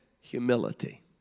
humility